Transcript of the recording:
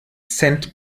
cent